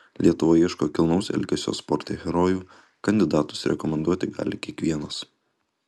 lietuva ieško kilnaus elgesio sporte herojų kandidatus rekomenduoti gali kiekvienas